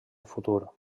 futur